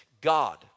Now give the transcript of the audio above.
God